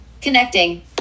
Connecting